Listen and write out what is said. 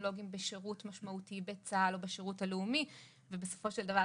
טכנולוגיים בשירות משמעותי בצה"ל או בשירות הלאומי ובסופו של דבר,